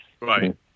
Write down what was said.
Right